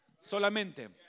Solamente